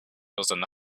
there